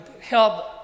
help